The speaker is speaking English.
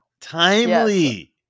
timely